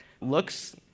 looks